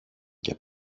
και